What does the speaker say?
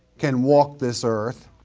can walk this earth,